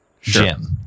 Jim